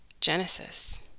genesis